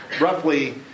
roughly